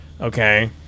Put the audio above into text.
Okay